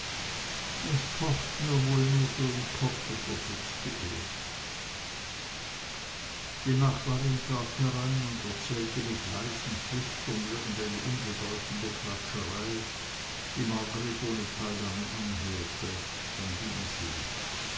es pocht mir wohl nur so im kopfe versetzte er die nachbarin trat herein und erzählte mit leisem flüstern irgendeine unbedeutende klatscherei die margreth ohne teilnahme anhörte dann ging sie